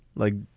like.